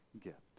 gift